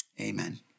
Amen